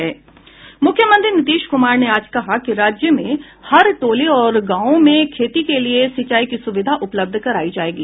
मुख्यमंत्री नीतीश कुमार ने आज कहा कि राज्य में हर टोले और गांवों में खेती के लिए सिंचाई की सुविधा उपलब्ध करायी जायेगी